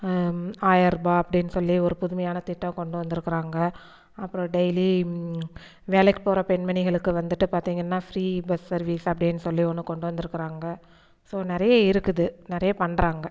ஆயர்ரூபா அப்படின்னு சொல்லி ஒரு புதுமையான திட்டம் கொண்டு வந்திருக்குறாங்க அப்புறம் டெய்லி வேலைக்கு போகிற பெண்மணிகளுக்கு வந்துட்டு பார்த்திங்கன்னா ஃப்ரீ பஸ் சர்வீஸ் அப்படின்னு சொல்லி ஒன்று கொண்டு வந்திருக்குறாங்க ஸோ நிறைய இருக்குது நிறைய பண்ணுறாங்க